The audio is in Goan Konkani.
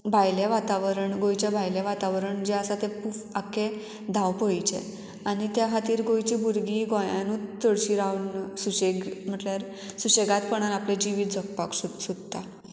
भायलें वातावरण गोंयचें भायलें वातावरण जें आसा तें पूफ आख्खें धांवपळीचें आनी त्या खातीर गोंयची भुरगीं गोंयानूच चडशीं रावून सुशेग म्हटल्यार सुशेगादपणान आपलें जिवीत जगपाक सो सोदता